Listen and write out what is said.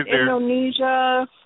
Indonesia